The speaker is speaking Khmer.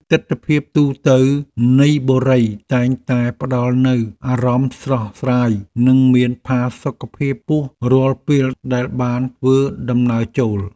ទិដ្ឋភាពទូទៅនៃបុរីតែងតែផ្តល់នូវអារម្មណ៍ស្រស់ស្រាយនិងមានផាសុកភាពខ្ពស់រាល់ពេលដែលបានធ្វើដំណើរចូល។